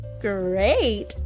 Great